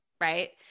right